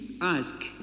ask